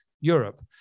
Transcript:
Europe